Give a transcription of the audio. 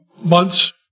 months